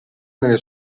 nelle